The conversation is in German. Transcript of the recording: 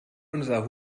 unser